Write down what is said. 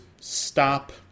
stop